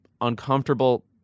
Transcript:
uncomfortable